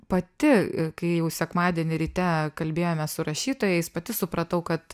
pati kai jau sekmadienį ryte kalbėjomės su rašytojais pati supratau kad